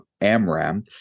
Amram